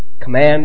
command